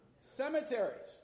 Cemeteries